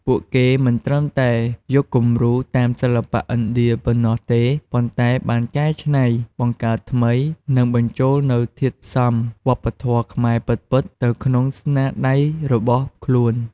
ពួកគេមិនត្រឹមតែយកគំរូតាមសិល្បៈឥណ្ឌាប៉ុណ្ណោះទេ ប៉ុន្តែបានកែច្នៃ បង្កើតថ្មី និងបញ្ចូលនូវធាតុផ្សំវប្បធម៌ខ្មែរពិតៗទៅក្នុងស្នាដៃរបស់ខ្លួន។